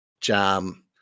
jam